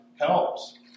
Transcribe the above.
helps